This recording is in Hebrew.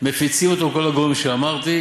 מפיצים אותו לכל הגורמים שאמרתי,